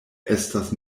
estas